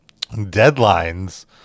deadlines